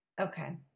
Okay